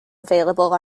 available